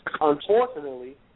unfortunately